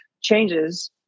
changes